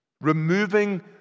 removing